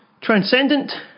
Transcendent